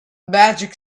magic